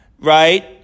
right